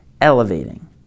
elevating